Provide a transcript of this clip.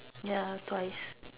ya twice